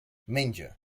menja